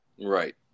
Right